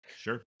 Sure